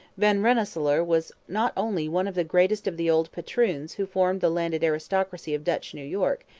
van rensselaer was not only one of the greatest of the old patroons who formed the landed aristocracy of dutch new york,